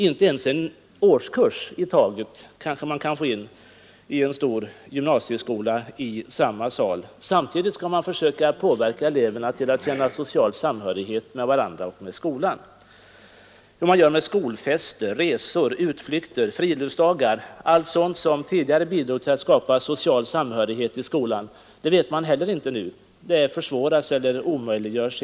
Inte ens en årskurs i taget från en gymnasieskola kan man kanske få in i samma sal. Samtidigt skall man försöka påverka eleverna att känna social samhörighet med varandra och med skolan! Hur man skall göra med skolfester, resor, utflykter, friluftsdagar — allt sådant som tidigare bidrog till att skapa social samhörighet i skolan — det vet man inte heller. Det försvåras eller omöjliggörs.